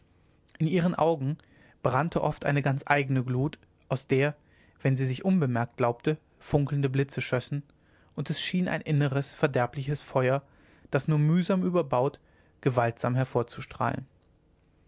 in ihren augen brannte oft eine ganz eigne glut aus der wenn sie sich unbemerkt glaubte funkelnde blitze schössen und es schien ein inneres verderbliches feuer das nur mühsam überbaut gewaltsam